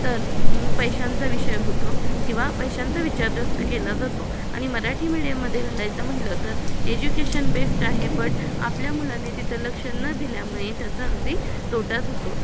तर पैशांचा विषय होतो किंवा पैशांचा विचार जास्त केला जातो आणि मराठी मिडियममध्ये घालायचं म्हटलं तर एज्युकेशन बेस्ट आहे बट आपल्या मुलाने तिथं लक्ष न दिल्यामुळे त्याचा अगदी तोटाच होतो